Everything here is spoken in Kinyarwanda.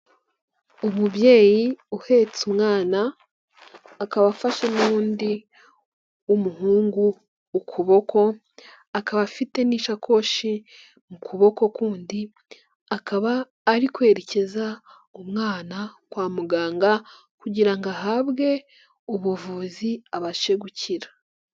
Umubyeyi uhetse umwana, akaba afashe n'undi w'umuhungu ukuboko, akaba afite n'ishakoshi mu kuboko kundi, akaba ari kwerekeza umwana kwa muganga kugira ngo ahabwe ubuvuzi abashe gukira.